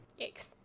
Yikes